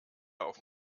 auf